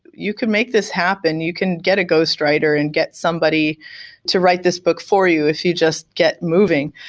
you can make this happen. you can get a ghost writer and get somebody to write this book for you if you just get moving.